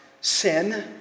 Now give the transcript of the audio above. sin